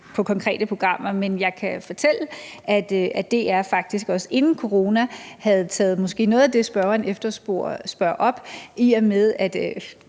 de konkrete programmer. Men jeg kan fortælle, at DR faktisk også inden corona havde taget noget af det, som spørgeren måske efterspørger, op – godt